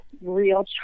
real